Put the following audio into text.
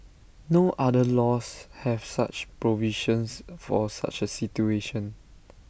no other laws have such provisions for such A situation